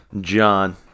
John